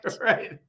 Right